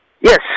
Yes